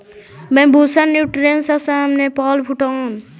Bambusa nutans Assam, Nepal, Bhutan इ सब क्षेत्र में उगावल जा हई